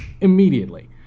immediately